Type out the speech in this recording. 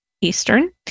Eastern